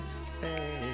say